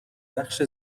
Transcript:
بخش